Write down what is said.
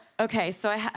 okay, so i.